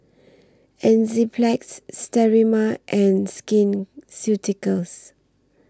Enzyplex Sterimar and Skin Ceuticals